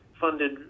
funded